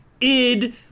Id